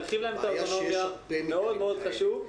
זה מאוד מאוד חשוב.